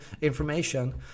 information